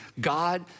God